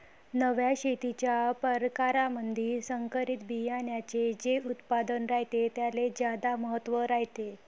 नव्या शेतीच्या परकारामंधी संकरित बियान्याचे जे उत्पादन रायते त्याले ज्यादा महत्त्व रायते